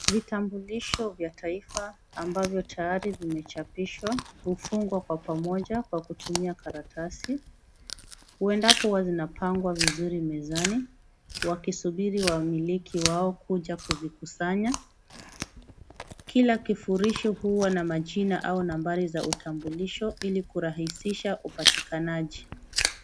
Vitambulisho vya taifa ambavyo tayari vimechapishwa, hufungwa kwa pamoja kwa kutumia karatsi huendapo hua zinapangwa vizuri mezani wakisubiri wamiliki wao kuja kuvikusanya. Kila kifurushi hua na majina au nambari ya utambulisho ili kurahisisha upatikanaji.